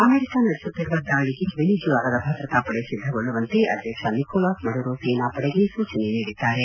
America ನಡೆಸುತ್ತಿರುವ ದಾಳಿಗೆ ವೆನಿಜೂಲಾದ ಭದ್ರತಾ ಪಡೆ ಸಿದ್ದಗೊಳ್ಳುವಂತೆ ಅಧ್ಯಕ್ಷ ನಿಕೋಲಸ್ ಮಡುರೊ ಸೇನಾಪಡೆಗೆ ಸೂಚನೆ ನೀಡಿದ್ದಾರೆ